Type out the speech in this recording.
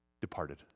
departed